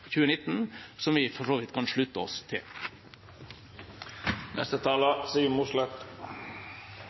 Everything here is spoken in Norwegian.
2019, som vi for så vidt kan slutte oss til.